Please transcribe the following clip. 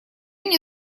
мне